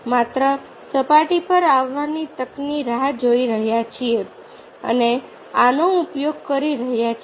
માત્ર સપાટી પર આવવાની તકની રાહ જોઈ રહ્યા છીએ અને આનો ઉપયોગ કરી રહ્યા છીએ